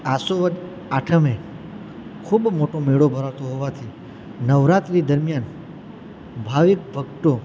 આસો વદ આઠમે ખૂબ મોટો મેળો ભરાતો હોવાથી નવરાત્રી દરમ્યાન ભાવિક ભક્તો